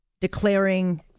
declaring